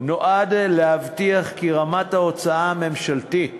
נועד להבטיח כי רמת ההוצאה הממשלתית